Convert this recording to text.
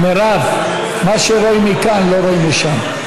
מירב, מה שרואים מכאן לא רואים משם.